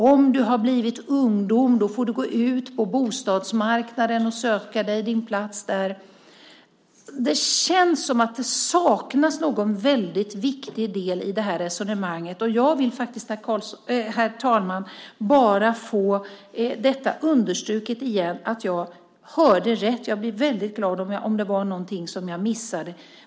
Om du har blivit ungdom får du gå ut på bostadsmarknaden och söka dig din plats där. Det känns som att det saknas någon väldigt viktig del i det här resonemanget. Jag vill faktiskt, herr talman, bara få understruket igen att jag hörde rätt. Jag blir väldigt glad om det var någonting som jag missade.